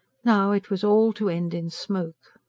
now it was all to end in smoke.